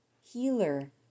healer